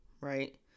right